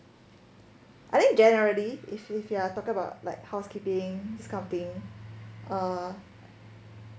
I think generally if you if you are talking about like housekeeping this kind of thing um